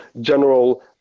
general